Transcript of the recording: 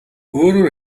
өөрөөр